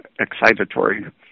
excitatory